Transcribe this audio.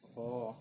orh